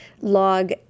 log